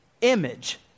image